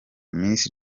miss